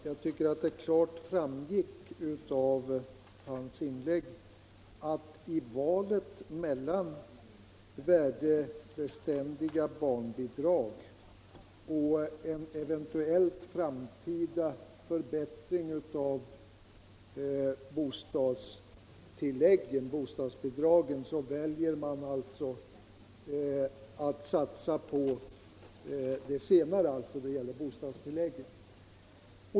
Jag tycker att det klart framgick av det att man i valet mellan värdebeständiga barnbidrag och en eventuell framtida förbättring av bostadsbidragen föredrar att satsa på det senare alternativet.